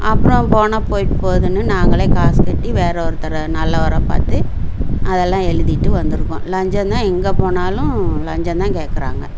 அப்புறம் போனால் போய்விட்டு போதுனு நாங்களே காசு கட்டி வேறு ஒருத்தர் நல்லவராக பார்த்து அதெல்லாம் எழுதிட்டு வந்து இருக்கோம் லஞ்சம்தான் எங்கே போனாலும் லஞ்சம் தான் கேட்குறாங்க